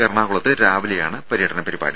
എറണാകുളത്ത് രാവിലെയാണ് പര്യടന പരിപാടി